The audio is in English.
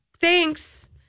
Thanks